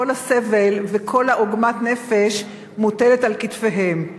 כל הסבל וכל עוגמת הנפש מוטלים על כתפיהם.